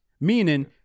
Meaning